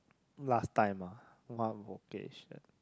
last time ah one vocation